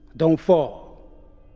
don't fall.